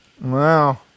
wow